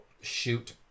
shoot